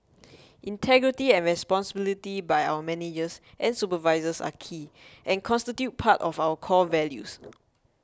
integrity and responsibility by our managers and supervisors are key and constitute part of our core values